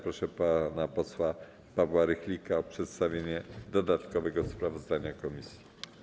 Proszę pana posła Pawła Rychlika o przedstawienie dodatkowego sprawozdania komisji.